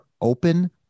open